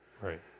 Right